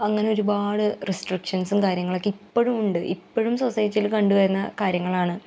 അങ്ങനെ ഒരുപാട് റെസ്ട്രിക്ഷൻസും കാര്യങ്ങളൊക്കെ ഇപ്പോഴും ഉണ്ട് ഇപ്പോഴും സൊസൈറ്റിയിൽ കണ്ട് വരുന്ന കാര്യങ്ങളാണ്